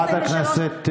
חברת הכנסת זועבי,